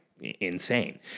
insane